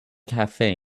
cafe